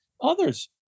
others